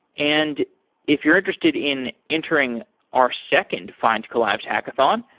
and if you're interested in entering our second findcollabs hackathon,